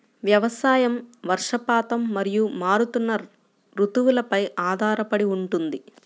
వ్యవసాయం వర్షపాతం మరియు మారుతున్న రుతువులపై ఆధారపడి ఉంటుంది